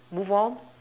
move on